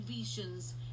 visions